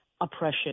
oppression